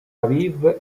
aviv